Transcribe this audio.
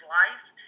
life